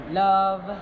love